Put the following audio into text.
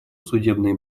судебные